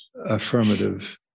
affirmative